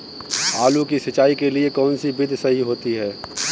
आलू की सिंचाई के लिए कौन सी विधि सही होती है?